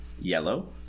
yellow